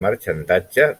marxandatge